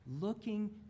Looking